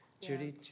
Judy